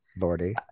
Lordy